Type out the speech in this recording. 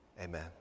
amen